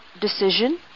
decision